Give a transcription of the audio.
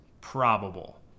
probable